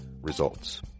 Results